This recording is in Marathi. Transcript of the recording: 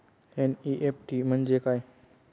एन.इ.एफ.टी म्हणजे काय?